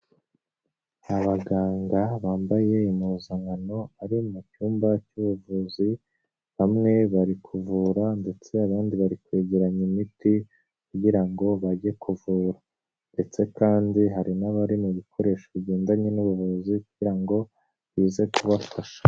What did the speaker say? Abaganga bambaye impuzankano bari mu cyumba cy'ubuvuzi, bamwe bari kuvura ndetse abandi bari kwegeranya imiti kugira ngo bajye kuvura, ndetse kandi hari n'abari mu bikoresho bigendanye n'ubuvuzi kugira ngo bize kubafasha.